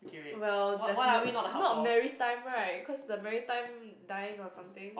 well definite not merry time right cause the merry time dying or something